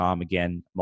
again